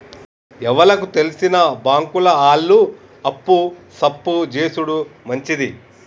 ఎవలకు తెల్సిన బాంకుల ఆళ్లు అప్పు సప్పు జేసుడు మంచిది